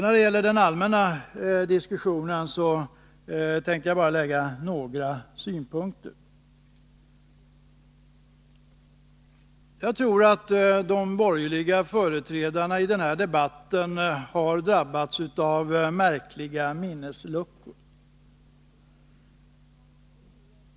När det gäller den allmänna diskussionen tänkte jag bara föra fram några synpunkter. Jag tror att de borgerliga företrädarna i den här debatten har drabbats av märkliga minnesluckor.